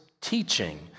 teaching